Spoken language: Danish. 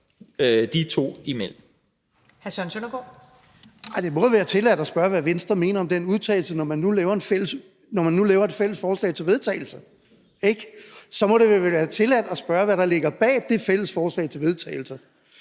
(EL): Det må være tilladt at spørge, hvad Venstre mener om den udtalelse, når man nu laver et fælles forslag til vedtagelse, ikke? Så må det vel være tilladt at spørge, hvad der ligger bag det fælles forslag til vedtagelse,